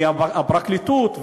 כי הפרקליטות,